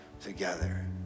together